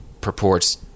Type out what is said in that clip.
purports